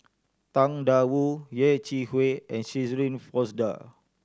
Tang Da Wu Yeh Chi Wei and Shirin Fozdar